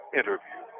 interview